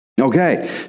Okay